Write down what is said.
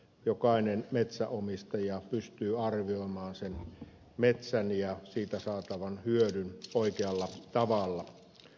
jokainen metsänomistaja pystyy arvioimaan metsän ja siitä saatavan hyödyn oikealla tavalla